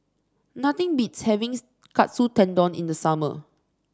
nothing beats having Katsu Tendon in the summer